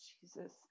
Jesus